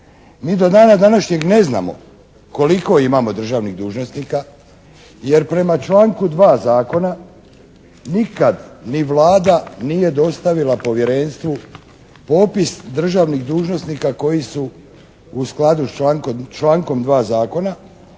Mi do dana današnjega ne znamo koliko imamo državnih dužnosnika jer prema članku 2. zakona nikad ni Vlada nije dostavila povjerenstvu popis državnih dužnosnika koji su u skladu sa člankom 2. zakona